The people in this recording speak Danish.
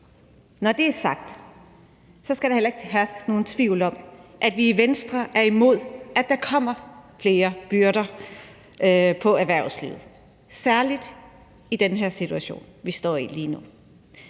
Når det er sagt, skal der heller ikke herske nogen tvivl om, at vi i Venstre er imod, at der kommer flere byrder på erhvervslivet, særlig i den situation, som vi står i lige nu.